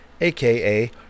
aka